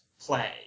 play